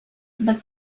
but